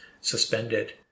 suspended